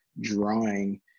Drawing